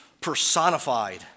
personified